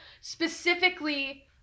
specifically